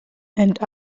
and